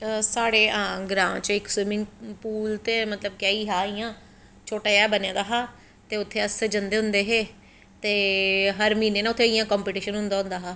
साढ़े ग्रांऽ च इक स्विमिंग पूल ते गै गै हा मतलव इयां छोटा जेहा बने दा हा ते उत्थें अस जंदे हे ते हर म्हीनें उत्थें इयां कंपिटिशन होंदा होंदा हा